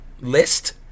list